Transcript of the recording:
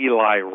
Eli